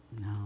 No